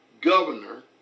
governor